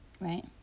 Right